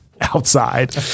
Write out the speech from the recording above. outside